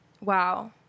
wow